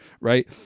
right